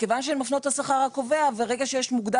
וכיוון שהן מפנות לשכר הקובע ברגע שמוגדר